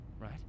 Right